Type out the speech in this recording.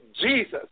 Jesus